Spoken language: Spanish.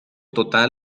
total